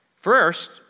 First